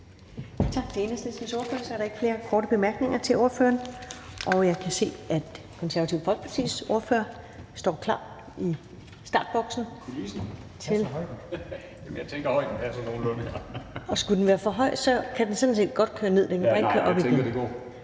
Tak til Enhedslistens ordfører. Så er der ikke flere korte bemærkninger til ordføreren. Jeg kan se, at Det Konservative Folkepartis ordfører står klar i startboksen. Skulle talerpulten være for høj, kan den sådan set godt køre ned, men den kan bare ikke køre op igen.